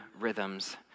rhythms